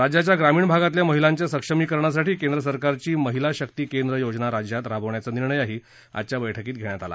राज्याच्या ग्रामीण भागातल्या महिलांच्या सक्षमीकरणासाठी केंद्रसरकारची महिला शक्ती केंद्र योजना राज्यात राबवण्यात नि र्णय आजच्या बैठकीत घेण्यात आला